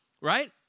right